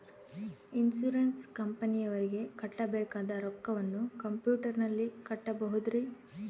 Insurance ಕಂಪನಿಯವರಿಗೆ ಕಟ್ಟಬೇಕಾದ ರೊಕ್ಕವನ್ನು ಕಂಪ್ಯೂಟರನಲ್ಲಿ ಕಟ್ಟಬಹುದ್ರಿ?